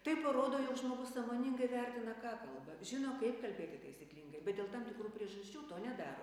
tai parodo jog žmogus sąmoningai vertina ką kalba žino kaip kalbėti taisyklingai bet dėl tam tikrų priežasčių to nedaro